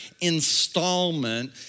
installment